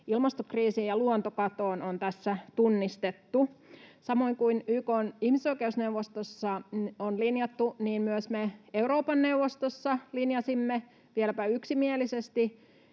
ilmastokriisiin ja luontokatoon on tässä tunnistettu. Samoin kuin YK:n ihmisoikeusneuvostossa on linjattu, myös me Euroopan neuvostossa linjasimme, vieläpä yksimielisesti